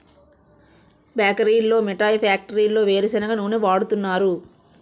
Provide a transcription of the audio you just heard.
బేకరీల్లో మిఠాయి ఫ్యాక్టరీల్లో వేరుసెనగ నూనె వాడుతున్నారు